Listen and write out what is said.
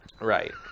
Right